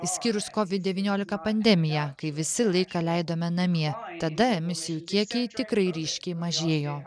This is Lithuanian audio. išskyrus kovid devyniolika pandemiją kai visi laiką leidome namie tada emisijų kiekiai tikrai ryškiai mažėjo